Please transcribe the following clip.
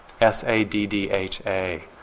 S-A-D-D-H-A